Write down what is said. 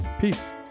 peace